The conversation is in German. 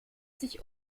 sich